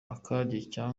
akaryo